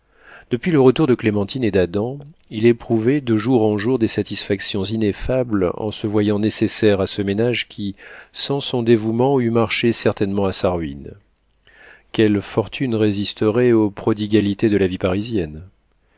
depuis le retour de clémentine et d'adam il éprouvait de jour en jour des satisfactions ineffables en se voyant nécessaire à ce ménage qui sans son dévouement eût marché certainement à sa ruine quelle fortune résisterait aux prodigalités de la vie parisienne